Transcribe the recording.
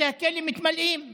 בתי הכלא מתמלאים בערבים.